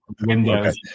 Windows